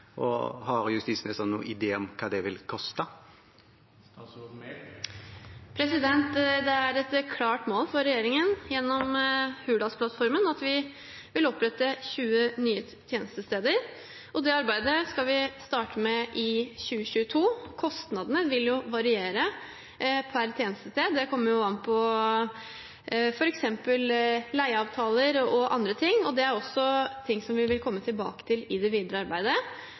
og har justisministeren noen idé om hva det vil koste? Det er et klart mål for regjeringen, gjennom Hurdalsplattformen, at vi vil opprette 20 nye tjenestesteder. Det arbeidet skal vi starte med i 2022. Kostnadene vil jo variere per tjenestested. Det kommer an på f.eks. leieavtaler og andre ting. Det er også noe vi vil komme tilbake til i det videre arbeidet.